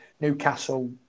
Newcastle